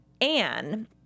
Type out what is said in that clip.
Anne